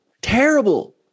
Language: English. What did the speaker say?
terrible